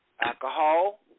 alcohol